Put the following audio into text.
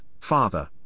father